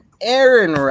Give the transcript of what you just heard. Aaron